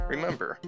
Remember